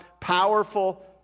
powerful